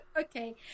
Okay